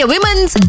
Women's